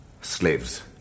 Slaves